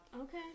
Okay